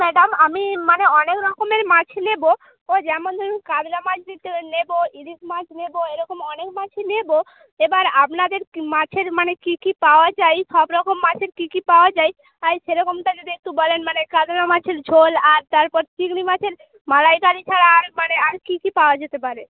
madam আমি মানে অনেক রকমের মাছ নেবো তো যেমন ধরুন কাতলা মাছ নেবো ইলিশ মাছ নেবো এরকম অনেক মাছই নেবো এবার আপনাদের মাছের মানে কি কি পাওয়া যায় সব রকম মাছের কি কি পাওয়া যায় তাই সেরকমটা যদি একটু বলেন মানে কাতলা মাছের ঝোল আর তারপর চিংড়ি মাছের মালাইকারি ছাড়া আর মানে আর কি কি পাওয়া যেতে পারে